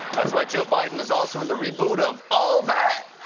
it's why joe biden is also in the reboot of all that.